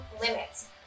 limits